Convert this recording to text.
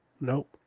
nope